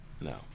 No